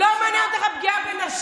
אני אגיד לכם את האמת, אני מכירה אותה שנים,